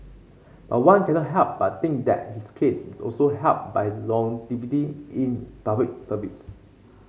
but one cannot help but think that his case is also helped by his longevity in Public Service